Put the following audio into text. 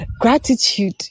Gratitude